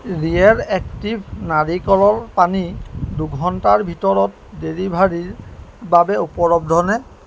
real active নাৰিকলৰ পানী দুঘণ্টাৰ ভিতৰত ডেলিভাৰীৰ বাবে উপলব্ধনে